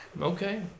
Okay